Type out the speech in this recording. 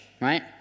Right